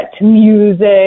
music